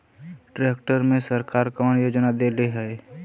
Tractor मे सरकार कवन योजना देले हैं?